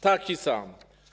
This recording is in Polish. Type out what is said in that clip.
Taki sam.